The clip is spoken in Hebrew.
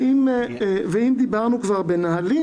ואם דיברנו כבר בנהלים,